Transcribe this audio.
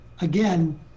again